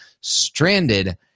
stranded